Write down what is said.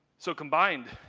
so combined,